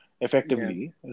effectively